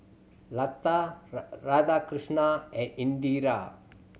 lata Radhakrishnan and Indira